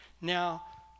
Now